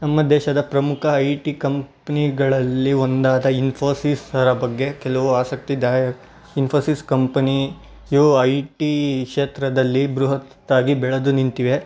ನಮ್ಮ ದೇಶದ ಪ್ರಮುಖ ಐ ಟಿ ಕಂಪ್ನಿಗಳಲ್ಲಿ ಒಂದಾದ ಇನ್ಫೋಸಿಸರ ಬಗ್ಗೆ ಕೆಲವು ಆಸಕ್ತಿದಾಯ ಇನ್ಫೋಸಿಸ್ ಕಂಪನಿ ಇವು ಐ ಟಿ ಕ್ಷೇತ್ರದಲ್ಲಿ ಬೃಹತ್ತಾಗಿ ಬೆಳದು ನಿಂತಿವೆ